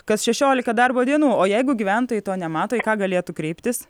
kas šešiolika darbo dienų o jeigu gyventojai to nemato į ką galėtų kreiptis